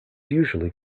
usually